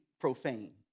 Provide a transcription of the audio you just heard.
profane